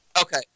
Okay